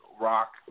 Rock